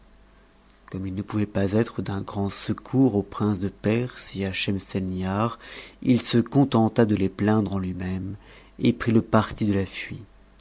comme il ne pouvait pas être d'un grand secours au prince de perse et à schemseioibar il se contenta de les plaindre en lui-même et prit le parti de la